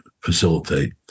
facilitate